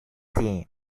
team